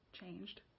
changed